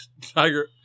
tiger